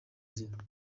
zina